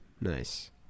nice